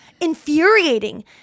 Infuriating